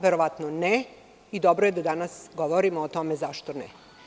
Verovatno ne i dobro je da danas govorimo o tome zašto ne.